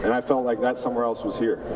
and i felt like that somewhere else was here.